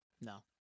No